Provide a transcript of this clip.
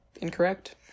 incorrect